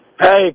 Hey